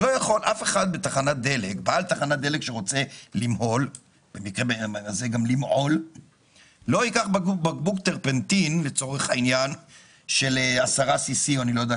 הרי בעל תחנת דלק שרוצה למהול ולמעול לא ייקח בקבוק טרפנטין של 10 מ"ל.